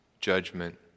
judgment